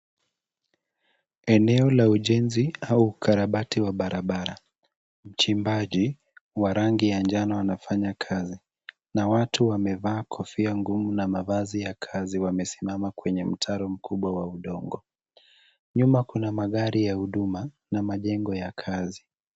Eneo la ujenzi au ukarabati wa barabara. Mchimbaji wa rangi ya njano anafanya kazi na watu wamevaa kofia ngumu na mavazi ya kazi wamesimama kwenye mtaro mkubwa wa udongo. Nyuma kuna magari ya huduma na majengo ya kazi.